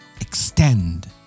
extend